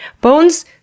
Bones